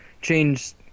change